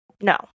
No